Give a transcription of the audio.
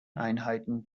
einheiten